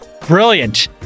Brilliant